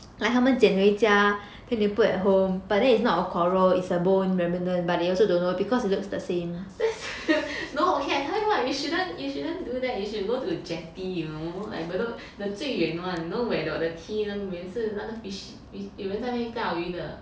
that's no okay I tell you what you shouldn't you shouldn't do that you should go to jetty you know like bedok the 最远 [one] you know where got the T 是那个最远 [one] 是那个 fish fish 有人在那边钓鱼的